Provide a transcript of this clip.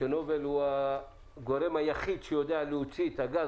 כאשר נובל היא הגורם היחיד שיודע להוציא את הגז,